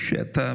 שאתה